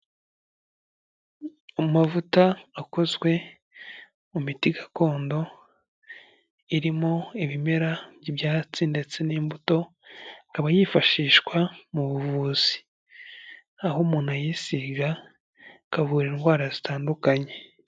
Amavuta akozwe mu miti gakondo, irimo ibimera by'ibyatsi ndetse n'imbuto, ikaba yifashishwa mu buvuzi, aho umuntu ayisiga ikavura indwara zitandukanye.